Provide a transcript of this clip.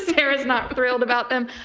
sarah's not thrilled about them.